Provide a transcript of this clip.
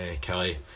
Kelly